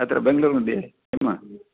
अत्र बेंगळूर् मध्ये किं